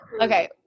Okay